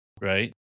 right